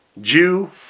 Jew